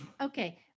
okay